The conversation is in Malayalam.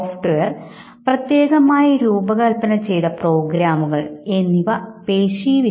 സമൂഹത്തിനുമുന്നിൽ വ്യക്തിപരമായ വൈകാരിക സുസ്ഥിരത പ്രകടിപ്പിക്കുന്നതിന് വേണ്ടിയാണ് എല്ലാവരും ഈ മറുപടി നൽകുന്നത്